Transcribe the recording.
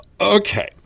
Okay